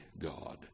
God